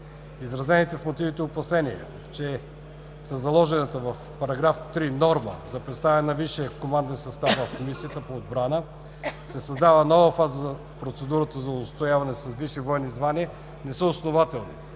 Изразените в мотивите опасения, че със заложената в § 3 норма за представяне на висшия команден състав в Комисията по отбрана се създава нова фаза в процедурата за удостояване с висши военни звания, не са основателни,